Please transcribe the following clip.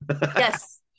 yes